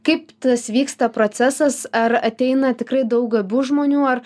kaip tas vyksta procesas ar ateina tikrai daug gabių žmonių ar